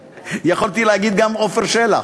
יכולתי להגיד גם עפר שלח.